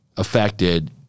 Affected